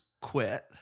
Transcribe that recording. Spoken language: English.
quit